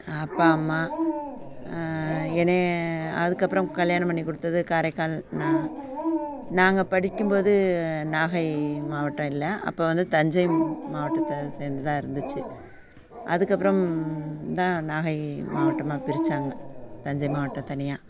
அப்பா அம்மா என்னை அதுக்கு அப்புறம் கல்யாணம் பண்ணி கொடுத்தது காரைக்கால் நான் நாங்கள் படிக்கும் போது நாகை மாவட்டம் இல்லை அப்போ வந்து தஞ்சை மாவட்டத்தை சேர்ந்ததா இருந்துச்சு அதுக்கு அப்புறம் தான் நாகை மாவட்டமாக பிரித்தாங்க தஞ்சை மாவாட்டம் தனியாக